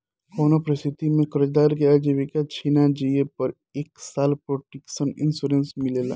कउनो परिस्थिति में कर्जदार के आजीविका छिना जिए पर एक साल प्रोटक्शन इंश्योरेंस मिलेला